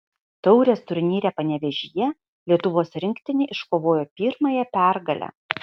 taurės turnyre panevėžyje lietuvos rinktinė iškovojo pirmąją pergalę